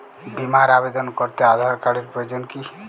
বিমার আবেদন করতে আধার কার্ডের প্রয়োজন কি?